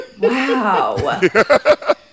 Wow